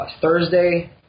Thursday